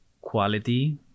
quality